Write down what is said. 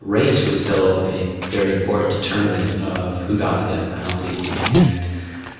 race was still a very important determinant of who got the death penalty and